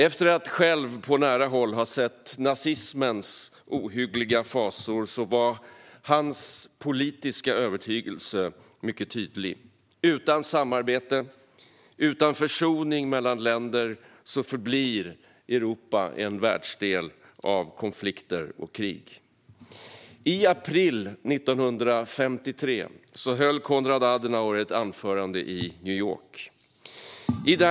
Efter att själv på nära håll ha sett nazismens ohyggliga fasor var hans politiska övertygelse mycket tydlig. Utan samarbete och utan försoning mellan länder förblir Europa en världsdel av konflikter och krig. I april 1953 höll Konrad Adenauer ett anförande i New York.